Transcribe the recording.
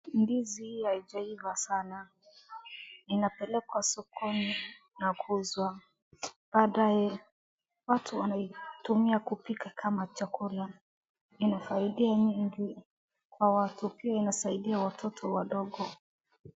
Ndizi haijaiva sana. Inapelekwa sokoni na kuuzwa. Baadaye watu wanaitumia kupika kama chakula. Inafaida nyingi kwa watu. Pia inasaidia watoto wadogo.